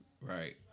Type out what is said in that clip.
right